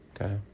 Okay